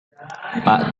pak